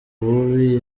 bubi